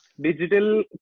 digital